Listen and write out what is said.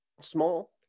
small